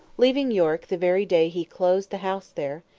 leaving york the very day he closed the house there,